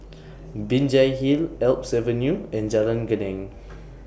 Binjai Hill Alps Avenue and Jalan Geneng